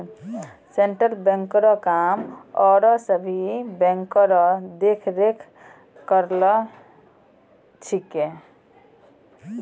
central बैंको रो काम आरो सभे बैंको रो देख रेख करना छिकै